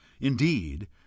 indeed